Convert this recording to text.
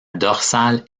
dorsale